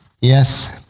Yes